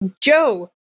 Joe